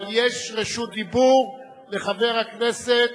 אבל יש רשות דיבור לחבר הכנסת